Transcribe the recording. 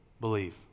believe